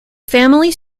family